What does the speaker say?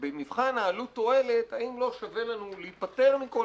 במבחן עלות תועלת, האם לא שווה לנו להיפתר מכל